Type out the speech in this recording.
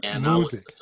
Music